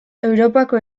europako